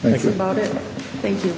thank you thank you